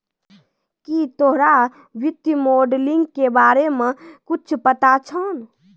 की तोरा वित्तीय मोडलिंग के बारे मे कुच्छ पता छौं